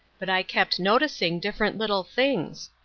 but i kept noticing different little things.